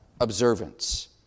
observance